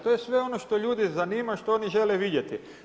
To je sve ono što ljude zanima, što oni žele vidjeti.